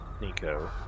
Nico